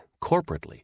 corporately